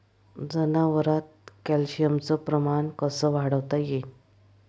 जनावरात कॅल्शियमचं प्रमान कस वाढवता येईन?